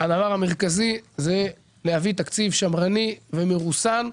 הדבר המרכזי הוא להביא תקציב שמרני ומרוסן,